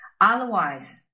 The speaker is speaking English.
otherwise